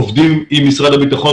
עובדים עם משרד הביטחון,